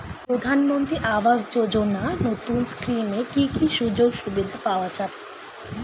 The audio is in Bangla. প্রধানমন্ত্রী আবাস যোজনা নতুন স্কিমে কি কি সুযোগ সুবিধা পাওয়া যাবে?